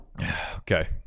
Okay